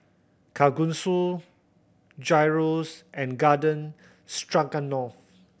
Kalguksu Gyros and Garden Stroganoff